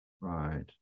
Right